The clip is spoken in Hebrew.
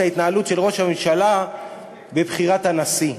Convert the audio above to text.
את ההתנהלות של ראש הממשלה בבחירת הנשיא.